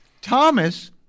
Thomas